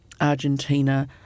Argentina